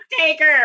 taker